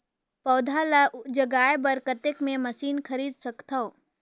पौधा ल जगाय बर कतेक मे मशीन खरीद सकथव?